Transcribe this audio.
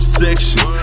section